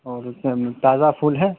اور اس میں تازہ پھول ہے